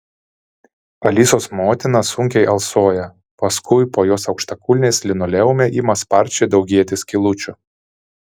alisos motina sunkiai alsuoja paskui po jos aukštakulniais linoleume ima sparčiai daugėti skylučių